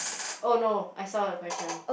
oh no I saw the question